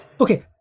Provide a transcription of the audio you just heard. Okay